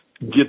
get